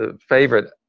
favorite